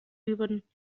üben